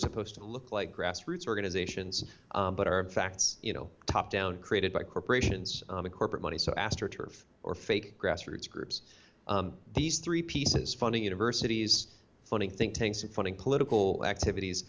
supposed to look like grassroots organizations but are facts you know top down created by corporations on the corporate money so astroturf or fake grassroots groups these three pieces funding universities funding think tanks and funding political activities